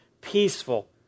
peaceful